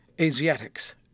Asiatics